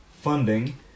funding